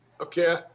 okay